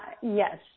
Yes